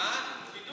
המדינות